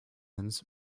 ends